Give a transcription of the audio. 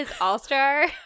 All-Star